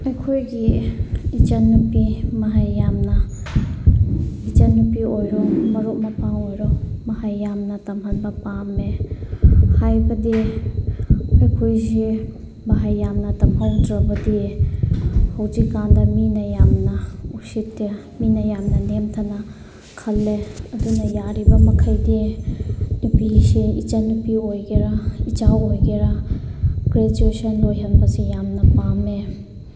ꯑꯩꯈꯣꯏꯒꯤ ꯏꯆꯟꯅꯨꯄꯤ ꯃꯍꯩ ꯌꯥꯝꯅ ꯏꯆꯟꯅꯨꯄꯤ ꯑꯣꯏꯔꯣ ꯃꯔꯨꯞ ꯃꯄꯥꯡ ꯑꯣꯏꯔꯣ ꯃꯍꯩ ꯇꯥꯝꯅ ꯇꯝꯍꯟꯕ ꯄꯥꯝꯃꯦ ꯍꯥꯏꯕꯗꯤ ꯑꯩꯈꯣꯏꯁꯤ ꯃꯍꯩ ꯌꯥꯝꯅ ꯇꯝꯍꯧꯗ꯭ꯔꯕꯗꯤ ꯍꯧꯖꯤꯛꯀꯥꯟꯗ ꯃꯤꯅ ꯌꯥꯝꯅ ꯎꯁꯤꯠꯇꯦ ꯃꯤꯅ ꯌꯥꯝꯅ ꯅꯦꯝꯊꯅ ꯈꯜꯂꯦ ꯑꯗꯨꯅ ꯌꯥꯔꯤꯕꯃꯈꯩꯗꯤ ꯅꯨꯄꯤꯁꯦ ꯏꯆꯟꯅꯨꯄꯤ ꯑꯣꯏꯒꯦꯔꯥ ꯏꯆꯥ ꯑꯣꯏꯒꯦꯔꯥ ꯒ꯭ꯔꯦꯖ꯭ꯋꯦꯁꯟ ꯂꯣꯏꯁꯟꯕꯁꯤ ꯌꯥꯝꯅ ꯄꯥꯝꯃꯦ